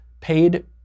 paid